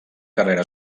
carrera